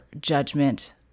judgment